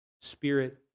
spirit